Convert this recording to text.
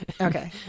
Okay